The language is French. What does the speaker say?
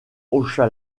hocha